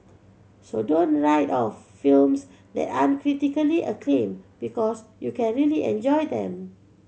so don't write off films that aren't critically acclaimed because you can really enjoy them